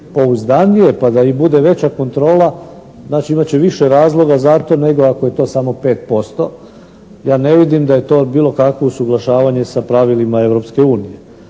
pa da i bude veća kontrola. Znači, imat će više razloga za to, nego ako je to samo 5%. Ja ne vidim da je to bilo kakvo usuglašavanje sa pravilima